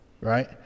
Right